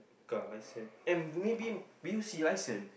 car license and maybe bus license